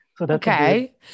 Okay